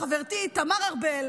חברתי תמר ארבל,